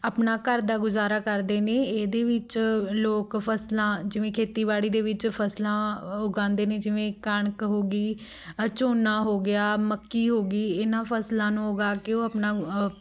ਆਪਣਾ ਘਰ ਦਾ ਗੁਜ਼ਾਰਾ ਕਰਦੇ ਨੇ ਇਹਦੇ ਵਿੱਚ ਲੋਕ ਫਸਲਾਂ ਜਿਵੇਂ ਖੇਤੀਬਾੜੀ ਦੇ ਵਿੱਚ ਫਸਲਾਂ ਉਗਾਉਂਦੇ ਨੇ ਜਿਵੇਂ ਕਣਕ ਹੋ ਗਈ ਝੋਨਾ ਹੋ ਗਿਆ ਮੱਕੀ ਹੋ ਗਈ ਇਹਨਾਂ ਫਸਲਾਂ ਨੂੰ ਉਗਾ ਕੇ ਉਹ ਆਪਣਾ